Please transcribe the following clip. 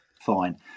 fine